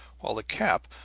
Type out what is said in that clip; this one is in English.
while the cap,